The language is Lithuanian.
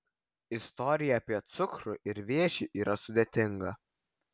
istorija apie cukrų ir vėžį yra sudėtinga